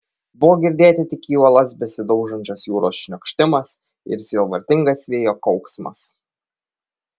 buvo girdėti tik į uolas besidaužančios jūros šniokštimas ir sielvartingas vėjo kauksmas